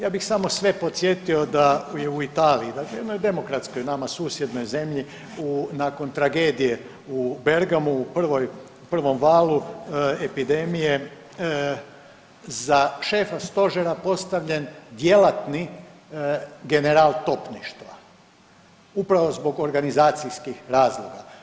Ja bih samo sve podsjetio da je u Italiji dakle jednoj demokratskoj nama susjednoj zemlji nakon tragedije u Bergamu u prvom valu epidemije za šefa stožera postavljen djelatni general topništva upravo zbog organizacijskih razloga.